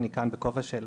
אני כאן בכובע של